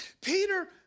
Peter